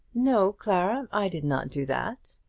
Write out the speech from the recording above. no, clara, i did not do that.